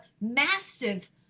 massive